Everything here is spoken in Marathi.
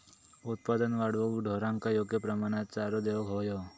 उत्पादन वाढवूक ढोरांका योग्य प्रमाणात चारो देऊक व्हयो